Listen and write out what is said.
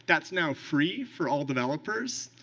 that's now free for all developers.